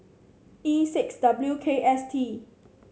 E six W K S T